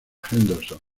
henderson